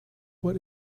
what